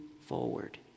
forward